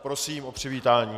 Prosím o přivítání.